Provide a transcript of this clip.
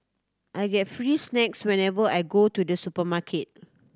I get free snacks whenever I go to the supermarket